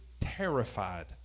terrified